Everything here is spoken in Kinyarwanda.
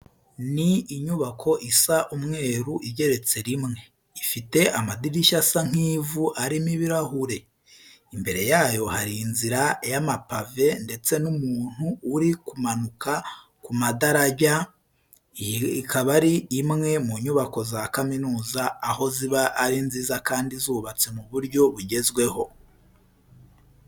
Ni inyubako isa umweru igeretse rimwe, ifite amadirishya asa nk'ivu arimo ibirahure. Imbere yayo hari inzira y'amapave ndetse n'umuntu uri kumanuka ku madarajya. Iyi ikaba ari imwe mu nyubako za kaminuza, aho ziba ari nziza kandi zubatse mu buryo bugezweho.